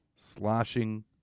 Sloshing